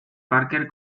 parker